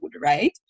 right